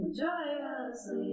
joyously